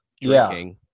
drinking